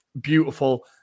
Beautiful